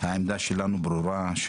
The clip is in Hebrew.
העמדה שלנו ברורה,